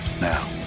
Now